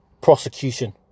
prosecution